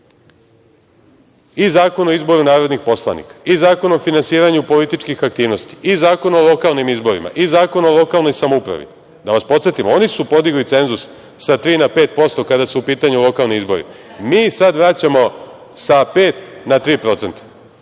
i Zakon o izboru narodnih poslanika i Zakon o finansiranju političkih aktivnosti i Zakon o lokalnim izborima i Zakon o lokalnoj samoupravi. Da vas podsetim, oni su podigli cenzus sa tri na 5% kada su u pitanju lokalni izbori. Mi sada vraćamo sa pet na 3%.